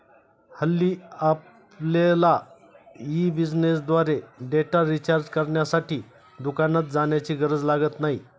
हल्ली आपल्यला ई बिझनेसद्वारे डेटा रिचार्ज करण्यासाठी दुकानात जाण्याची गरज लागत नाही